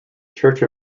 church